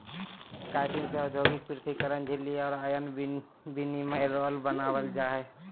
chitin से औद्योगिक पृथक्करण झिल्ली और आयन विनिमय राल बनाबल जा हइ